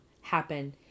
happen